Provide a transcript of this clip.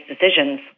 decisions